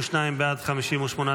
התקבלה.